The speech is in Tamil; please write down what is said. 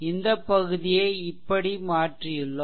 இந்த பகுதியை இப்படி மாற்றியுள்ளோம்